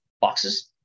boxes